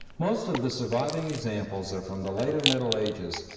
most of the surviving examples are from the later middle ages,